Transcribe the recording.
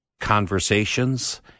conversations